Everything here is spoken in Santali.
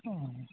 ᱚᱻ